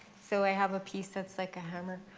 so i have a piece that's like a hammer.